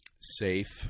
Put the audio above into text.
Safe